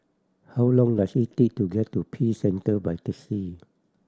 how long does it take to get to Peace Centre by taxi